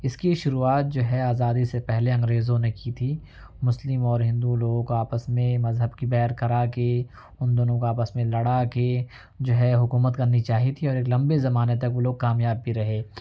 اس کی شروعات جو ہے آزادی سے پہلے انگریزوں نے کی تھی مسلم اور ہندو لوگوں کو آپس میں مذہب کا بیر کرا کے ان دونوں کا آپس میں لڑا کے جو ہے حکومت کرنی چاہی تھی اور ایک لمبے زمانے تک وہ لوگ کامیاب بھی رہے